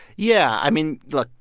yeah. i mean, look,